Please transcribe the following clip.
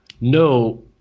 no